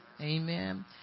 Amen